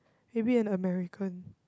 maybe an American